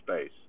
space